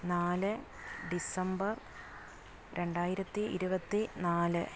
നാല് ഡിസംബർ രണ്ടായിരത്തി ഇരുപത്തി നാല്